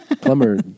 Plumber